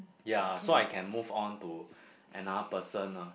ya so I can move on to another person ah